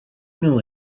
know